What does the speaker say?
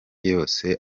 yose